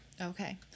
Okay